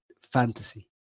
fantasy